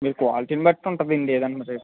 మీకు క్వాలిటీని బట్టి ఉంటుందండి ఏదన్నది